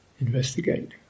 investigate